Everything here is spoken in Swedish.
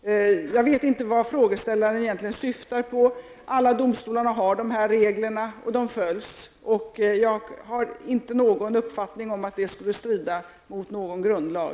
Jag vet inte vad frågeställaren egentligen syftar på. Alla domstolar har dessa regler, och de följs. Jag har inte den uppfattningen att de skulle strida mot någon grundlag.